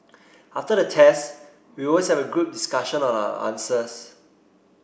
after the test we always have a group discussion on our answers